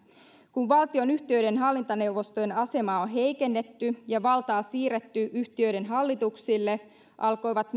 kun valtionyhtiöiden hallintoneuvostojen asemaa on heikennetty ja valtaa siirretty yhtiöiden hallituksille ovat